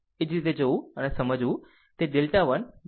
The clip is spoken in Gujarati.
એ જ રીતે તે સમજાવું તે ડેલ્ટા 1 મેળવો